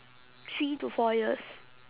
three to four years